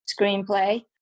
screenplay